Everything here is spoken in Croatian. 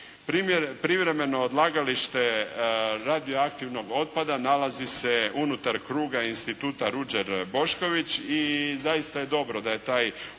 privremeno odlagalište radioaktivnog otpada nalazi se unutar kruga Instituta "Ruđer Bošković" i zaista je dobro da je taj otpad privremeno zbrinut na